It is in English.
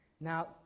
Now